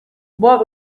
what